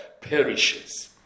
perishes